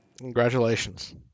congratulations